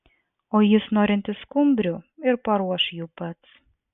o jis norintis skumbrių ir paruoš jų pats